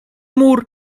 mur